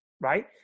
right